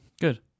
Good